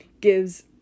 gives